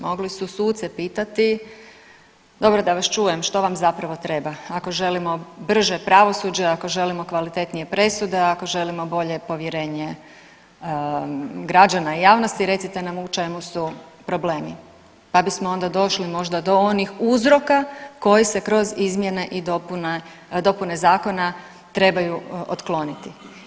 Mogli su suce pitati dobro da vas čujem što vam zapravo treba ako želimo brže pravosuđe, ako želimo kvalitetnije presude, ako želimo bolje povjerenje građana, javnosti recite nam u čemu su problemi da bismo onda došli možda do onih uzroka koji se kroz izmjene i dopune zakona trebaju otkloniti.